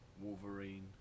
Wolverine